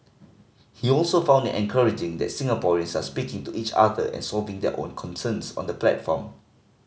he also found it encouraging that Singaporeans are speaking to each other and solving their own concerns on the platform